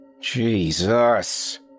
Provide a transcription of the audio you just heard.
Jesus